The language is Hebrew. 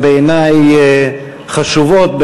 בעיני חשובות,